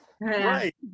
Right